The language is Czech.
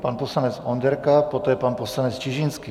Pan poslanec Onderka, poté pan poslanec Čižinský.